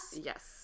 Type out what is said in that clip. Yes